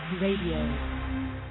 Radio